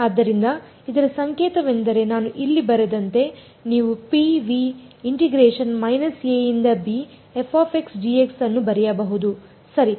ಆದ್ದರಿಂದ ಇದರ ಸಂಕೇತವೆಂದರೆ ನಾನು ಇಲ್ಲಿ ಬರೆದಂತೆ ನೀವು ಅನ್ನು ಬರೆಯಬಹುದು ಸರಿ